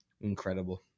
incredible